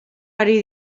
ari